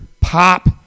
pop